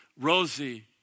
Rosie